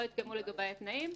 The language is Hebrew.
לא התקיימו לגביי התנאים,